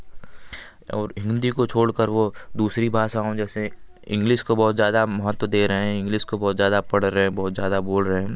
और हिंदी को छोड़ कर वे दूसरी भाषाओं जैसे इंग्लिश को बहुत ज़्यादा महत्व दे रहें इंग्लिश को बहुत ज़्यादा पढ़ रहे बहुत ज़्यादा बोल रहे हैं